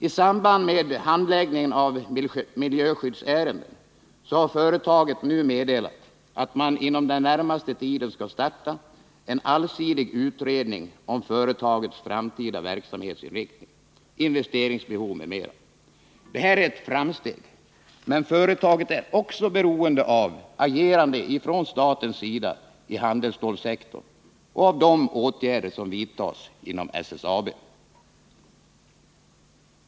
I samband med handläggningen av miljöskyddsärenden har företaget nu meddelat att man inom den närmaste tiden skall starta en allsidig utredning om företagets framtida verksamhetsinriktning, investeringsbehov m.m. Detta är ett framsteg, men företaget är också beroende av agerande från statens sida i handelsstålssektorn och av de åtgärder som vidtas inom SSAB.